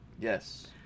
yes